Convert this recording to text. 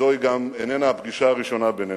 וזאת גם איננה הפגישה הראשונה בינינו,